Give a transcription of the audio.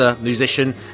musician